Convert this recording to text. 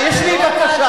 יש לי בקשה,